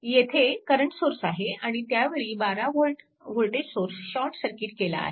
येथे current source आहे आणि त्यावेळी 12V voltage source short circuit केला आहे